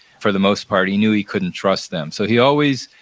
for the most part, he knew he couldn't trust them, so he always,